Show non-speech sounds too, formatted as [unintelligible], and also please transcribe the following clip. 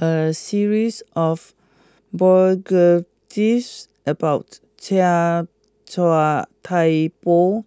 a series of [unintelligible] about Chia Thye Poh